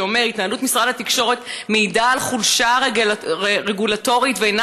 ואומר: "התנהלות משרד התקשורת מעידה על חולשה רגולטורית ואינה